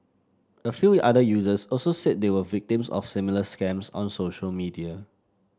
a few other users also said they were victims of similar scams on social media